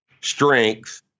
strength